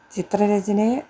ചിത്ര രചനയെ